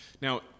Now